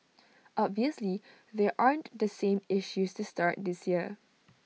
obviously there aren't the same issues to start this year